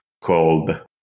called